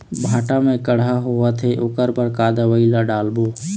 भांटा मे कड़हा होअत हे ओकर बर का दवई ला डालबो?